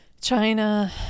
China